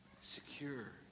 secure